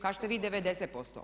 Kažete vi 90%